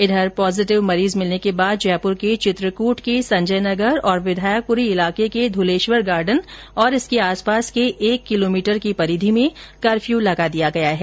उधर पॉजिटिव मरीज मिलने के बाद जयपुर के चित्रकूट के संजयनगर और विधायकपुरी इलाके के धूलेश्वर गार्डन और इसके आसपास के एक किलोमीटर की परिधि में कर्फ्यू लगा दिया गया है